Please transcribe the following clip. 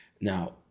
Now